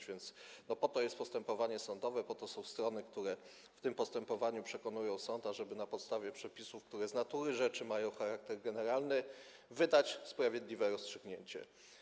A więc po to jest postępowanie sądowe, po to są strony, które w tym postępowaniu przekonują sąd, ażeby na podstawie przepisów, które z natury rzeczy mają charakter generalny, wydać sprawiedliwe rozstrzygnięcie.